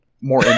More